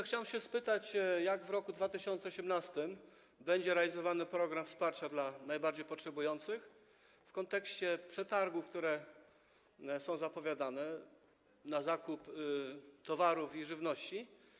Chciałbym spytać, jak w roku 2018 będzie realizowany program wsparcia dla najbardziej potrzebujących w kontekście przetargów, które są zapowiadane, na zakup towarów i żywności.